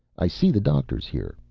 i see the doctor's here.